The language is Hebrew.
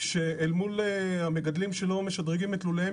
שאל מול המגדלים שלא משדרגים את לוליהם,